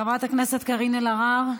חברת הכנסת קארין אלהרר,